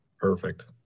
Perfect